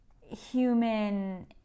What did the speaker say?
human